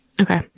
Okay